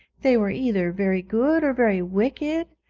they were either very good or very wicked,